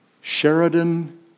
Sheridan